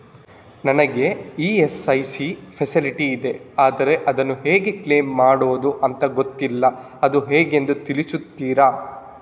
ನನಗೆ ESIC facility ಇದೆ ಆದ್ರೆ ಅದನ್ನು ಹೇಗೆ ಕ್ಲೇಮ್ ಮಾಡೋದು ಅಂತ ಗೊತ್ತಿಲ್ಲ ಅದು ಹೇಗೆಂದು ತಿಳಿಸ್ತೀರಾ?